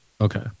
okay